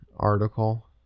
article